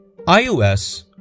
iOS